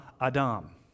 Adam